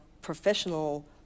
professional